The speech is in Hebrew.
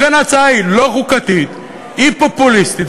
לכן ההצעה לא חוקתית, היא פופוליסטית.